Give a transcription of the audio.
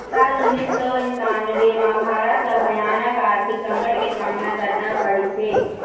साल उन्नीस सौ इन्कानबें म भारत ल भयानक आरथिक संकट के सामना करना पड़िस हे